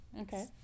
Okay